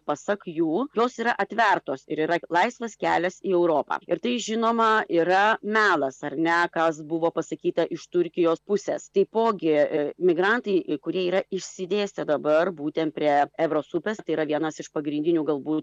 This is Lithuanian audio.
pasak jų jos yra atvertos ir yra laisvas kelias į europą ir tai žinoma yra melas ar ne kas buvo pasakyta iš turkijos pusės taipogi migrantai kurie yra išsidėstę dabar būtent prie ebros upės tai yra vienas iš pagrindinių galbūt